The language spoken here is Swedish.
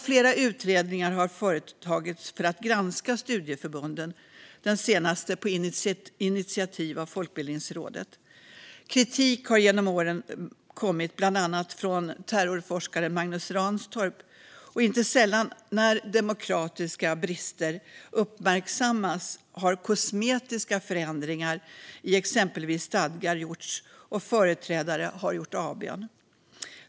Flera utredningar har företagits för att granska studieförbunden - den senaste på initiativ av Folkbildningsrådet. Kritik har genom åren kommit från bland annat terrorforskaren Magnus Ranstorp. Inte sällan när demokratiska brister uppmärksammas har kosmetiska förändringar i exempelvis stadgar gjorts, och företrädare har gjort avbön.